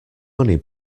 money